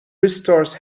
restores